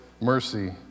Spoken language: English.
mercy